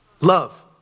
love